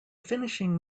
finishing